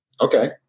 Okay